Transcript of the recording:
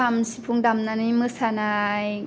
खाम सिफुं दामनानै मोसानाय